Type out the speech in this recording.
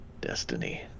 Destiny